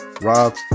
rob